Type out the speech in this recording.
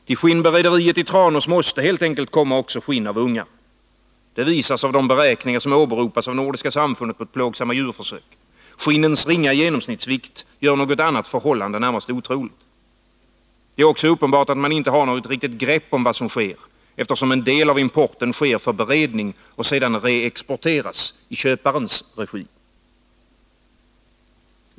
Till skinnberederiet i Tranås måste helt enkelt komma också skinn av ungar — det visas av de beräkningar som åberopas av Nordiska samfundet mot plågsamma djurförsök. Skinnens ringa genomsnittsvikt gör något annat förhållande närmast otroligt. Det är också uppenbart att man inte har något riktigt grepp om vad som sker, eftersom en del av importen sker för beredning och sedan reexporteras i köparens regi.